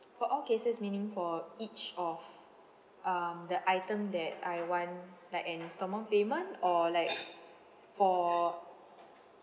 for all cases meaning for each of um the item that I want like an instalment payment or like for